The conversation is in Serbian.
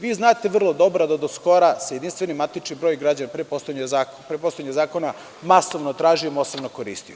Vi znate vrlo dobro da do skora se jedinstveni matični broj građana pre postojanja zakona masovno tražio ikoristio.